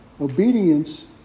Obedience